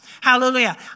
Hallelujah